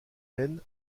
naine